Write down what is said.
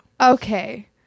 Okay